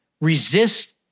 resist